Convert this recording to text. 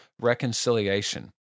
reconciliation